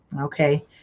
okay